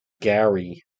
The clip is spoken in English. Gary